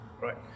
Right